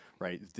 right